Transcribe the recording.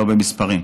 לא במספרים,